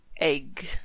egg